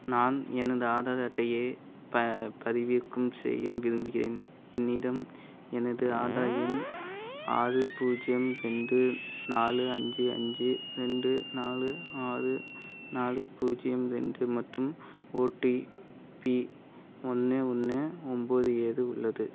நான் எனது ஆதார் அட்டையைப் ப பதிவிறக்கம் செய்ய விரும்புகிறேன் என்னிடம் எனது ஆதார் எண் ஆறு பூஜ்ஜியம் ரெண்டு நாலு அஞ்சு அஞ்சு ரெண்டு நாலு ஆறு நாலு பூஜ்ஜியம் ரெண்டு மற்றும் ஓடிபி ஒன்று ஒன்று ஒம்பது ஏழு உள்ளது